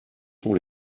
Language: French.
sont